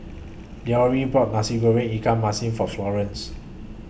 Leroy bought Nasi Goreng Ikan Masin For Florence